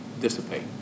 dissipate